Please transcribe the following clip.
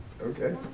Okay